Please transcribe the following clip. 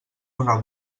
una